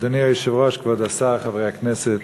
אדוני היושב-ראש, כבוד השר, חברי הכנסת,